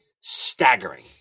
staggering